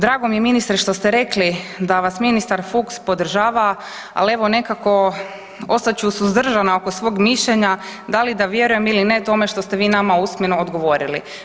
Drago mi je ministre, što ste rekli da vas ministar Fuchs podržava ali evo nekako, ostat ću suzdržana oko svog mišljenja, da li vjerujem ili ne tome što ste vi nama usmeno odgovorili.